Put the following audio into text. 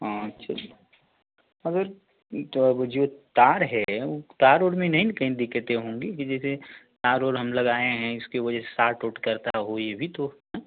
हाँ अच्छा अगर थोड़ा वो जो तार है वो तार ओर में नहीं न कहीं दिक्कतें होंगी कि जैसे तार ओर हम लगाए हैं इसके वजह से साट ओट करता हो ये भी तो न